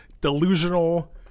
delusional